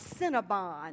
Cinnabon